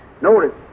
notice